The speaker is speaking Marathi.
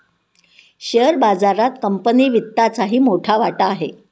शेअर बाजारात कंपनी वित्तचाही मोठा वाटा आहे